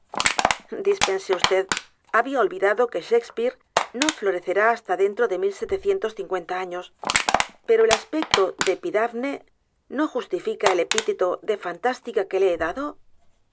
dispense vd había olvidado que shakespeare no florecerá hasta dentro de años pero el aspecto de epidafne no justifica el epíteto de fantástica que le he dado